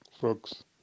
folks